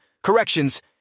Corrections